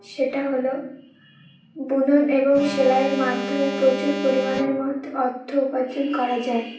সেটা হলো বুনন এবং সেলাইয়ের মাধ্যমে প্রচুর পরিমাণের মতো অর্থ উপার্জন করা যায়